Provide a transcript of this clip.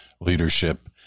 leadership